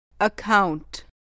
Account